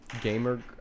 Gamer